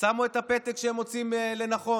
שמו את הפתק שהם מוצאים לנכון